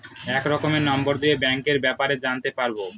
এক রকমের নম্বর দিয়ে ব্যাঙ্কের ব্যাপারে জানতে পারবো